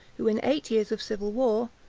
who, in eight years of civil war,